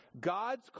God's